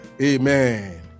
Amen